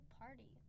party